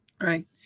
right